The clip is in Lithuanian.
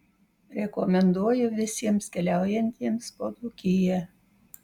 rekomenduoju visiems keliaujantiems po dzūkiją